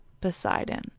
Poseidon